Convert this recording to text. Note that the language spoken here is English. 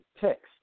text